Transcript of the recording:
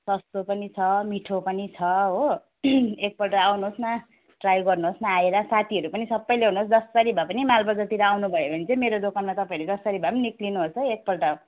सस्तो पनि छ मिठो पनि छ हो एकपल्ट आउनुहोस् न ट्राई गर्नुहोस् न आएर साथीहरू पनि सबै ल्याउनुहोस् जसरी भए पनि मालबजारतिर आउनु भयो भने चाहिँ मेरो दोकानमा तपाईँहरूले जसरी भए पनि निक्लिनुहोस् है एकपल्ट